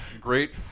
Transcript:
great